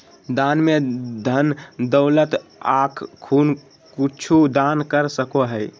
दान में धन दौलत आँख खून कुछु दान कर सको हइ